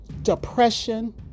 depression